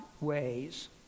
ways